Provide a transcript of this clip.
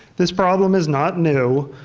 this problem is not new.